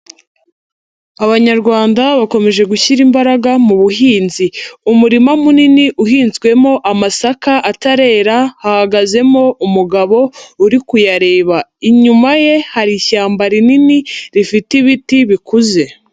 Abanyarwanda bakomeje gushyira imbaraga mu buhinzi, umurima munini uhinzwemo amasaka atarera, hahagazemo umugabo uri kuyareba, inyuma ye hari ishyamba rinini rifite ibiti bikuze.